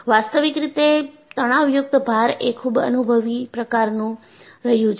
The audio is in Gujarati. વાસ્તવિક રીતેતણાવયુક્ત ભારએ ખુબ અનુભવી પ્રકાર નું રહ્યું છે